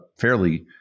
fairly